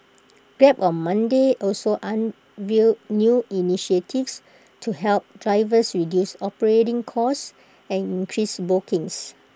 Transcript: grab on Monday also unveiled new initiatives to help drivers reduce operating costs and increase bookings